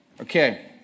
Okay